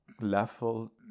level